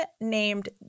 named